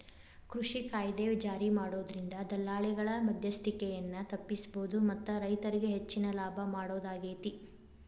ಕೃಷಿ ಕಾಯ್ದೆ ಜಾರಿಮಾಡೋದ್ರಿಂದ ದಲ್ಲಾಳಿಗಳ ಮದ್ಯಸ್ತಿಕೆಯನ್ನ ತಪ್ಪಸಬೋದು ಮತ್ತ ರೈತರಿಗೆ ಹೆಚ್ಚಿನ ಲಾಭ ಮಾಡೋದಾಗೇತಿ